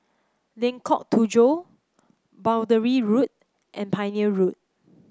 Lengkok Tujoh Boundary Road and Pioneer Road